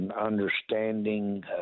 Understanding